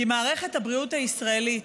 כי מערכת הבריאות הישראלית,